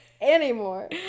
anymore